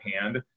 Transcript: hand